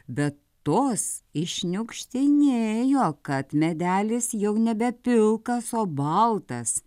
bet tos iššniukštinėjo kad medelis jau nebe pilkas o baltas